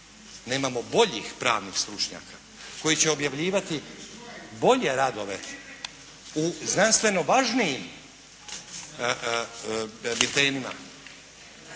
nemamo boljih pravnih stručnjaka koji će objavljivati bolje radove u znanstveno važnijim biltenima